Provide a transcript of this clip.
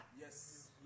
Yes